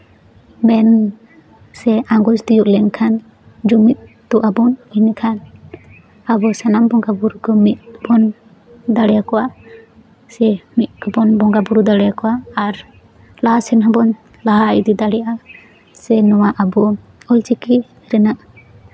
ᱢᱮᱱ ᱥᱮ ᱟᱸᱜᱚᱪ ᱛᱤᱭᱳᱜ ᱞᱮᱱᱠᱷᱟᱱ ᱡᱩᱢᱤᱫᱚᱜᱼᱟ ᱵᱚᱱ ᱮᱸᱰᱮᱠᱷᱟᱱ ᱟᱵᱚ ᱥᱟᱱᱟᱢ ᱵᱚᱸᱜᱟᱼᱵᱳᱨᱳ ᱠᱚ ᱢᱤᱫ ᱴᱷᱮᱱ ᱫᱟᱲᱮ ᱠᱚᱣᱟ ᱥᱮ ᱢᱤᱫ ᱵᱚᱱ ᱵᱚᱸᱜᱟᱼᱵᱳᱨᱳ ᱫᱟᱲᱮ ᱠᱚᱣᱟ ᱟᱨ ᱞᱟᱦᱟ ᱥᱮᱱ ᱦᱚᱸᱵᱚᱱ ᱞᱟᱦᱟ ᱤᱫᱤ ᱫᱟᱲᱮᱭᱟᱜᱼᱟ ᱥᱮ ᱱᱚᱣᱟ ᱟᱵᱚ ᱚᱞ ᱪᱤᱠᱤ ᱨᱮᱱᱟᱜ